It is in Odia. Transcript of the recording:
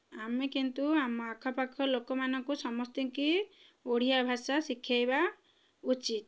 ଆମେ କିନ୍ତୁ ଆମ ଆଖପାଖ ଲୋକମାନଙ୍କୁ ସମସ୍ତଙ୍କୁ ଓଡ଼ିଆ ଭାଷା ଶିଖାଇବା ଉଚିତ୍